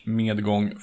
medgång